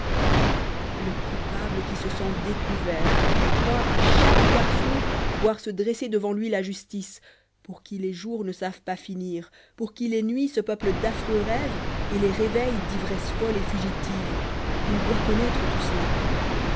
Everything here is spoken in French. le coupable qui se sent découvert qui croit à chaque carrefour voir se dresser devant lui la justice pour qui les jours ne savent pas finir pour qui les nuits se peuplent d'affreux rêves et les réveils d'ivresse folle et fugitive il doit connaître tout cela